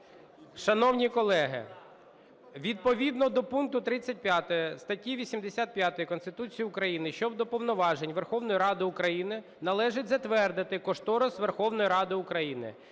Шановні колеги, відповідно до пункту 35 статті 85 Конституції України щодо повноважень Верховної Ради України належить затвердити кошторис Верховної Ради України.